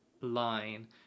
line